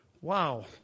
Wow